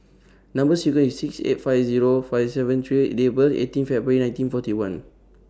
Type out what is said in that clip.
Number sequence IS S six eight five five seven three K and Date of birth IS eighteen February nineteen forty one